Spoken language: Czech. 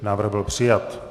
Návrh byl přijat.